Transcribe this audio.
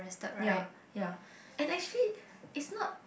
ya ya and actually it's not